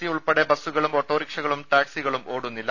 C ഉൾപ്പെടെ ബസുകളും ഓട്ടോറിക്ഷകളും ടാക്സികളും ഓടുന്നില്ല